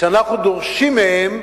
שאנחנו דורשים מהם,